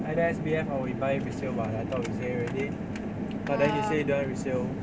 either S_B_F or we buy resale [what] I thought we say already but then you say you don't like resale